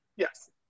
Yes